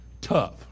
tough